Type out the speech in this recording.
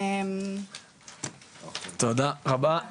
תודה רבה,